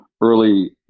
early